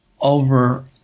over